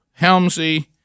Helmsy